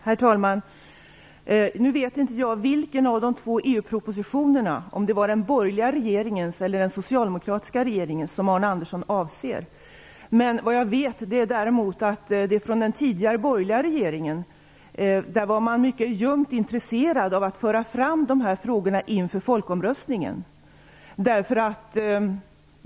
Herr talman! Nu vet inte jag vilken av de två EU-propositionerna - den borgerliga regeringens eller den socialdemokratiska regeringens - som Arne Andersson avser. Däremot vet jag att den tidigare borgerliga regeringen var mycket ljumt intresserad av att föra fram dessa frågor inför folkomröstningen.